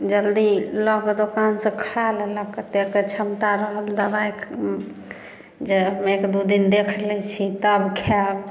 जल्दी लऽके दोकान से खा लेलक कतेकके क्षमता रहल दबाइ जे एक दू दिन देख लै छी तब खायब